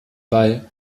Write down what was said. ball